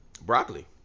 broccoli